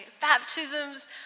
baptisms